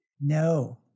No